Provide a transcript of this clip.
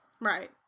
right